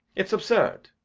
it's absurd.